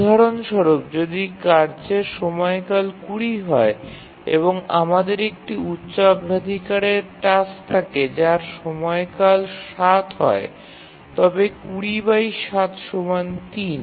উদাহরণ স্বরূপ যদি কার্যের সময়কাল ২০ হয় এবং আমাদের একটি উচ্চ অগ্রাধিকারের টাস্ক থাকে যার সময়কাল ৭ হয় তবে ৩